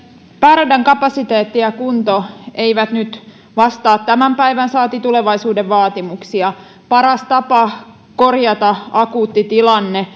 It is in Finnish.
pääradan kapasiteetti ja kunto eivät nyt vastaa tämän päivän saati tulevaisuuden vaatimuksiin paras tapa korjata akuutti tilanne